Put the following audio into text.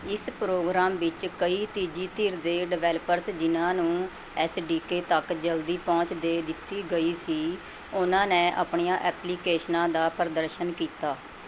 ਇਸ ਪ੍ਰੋਗਰਾਮ ਵਿੱਚ ਕਈ ਤੀਜੀ ਧਿਰ ਦੇ ਡਿਵੈਲਪਰਸ ਜਿਨ੍ਹਾਂ ਨੂੰ ਐੱਸ ਡੀ ਕੇ ਤੱਕ ਜਲਦੀ ਪਹੁੰਚ ਦੇ ਦਿੱਤੀ ਗਈ ਸੀ ਉਹਨਾਂ ਨੇ ਆਪਣੀਆਂ ਐਪਲੀਕੇਸ਼ਨਾਂ ਦਾ ਪ੍ਰਦਰਸ਼ਨ ਕੀਤਾ